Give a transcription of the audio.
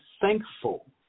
thankful